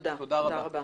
תודה רבה.